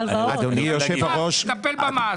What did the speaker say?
ישלמו מס נטפל במס.